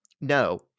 No